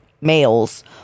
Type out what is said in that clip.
males